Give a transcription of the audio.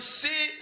see